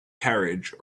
carriage